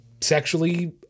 sexually